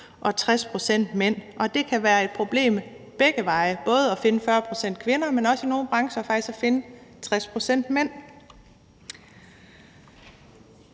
skal være mænd. Og det kan være et problem begge veje – både at finde 40 pct. kvinder, men også i nogle brancher faktisk at finde 60 pct. mænd.